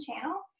channel